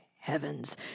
heavens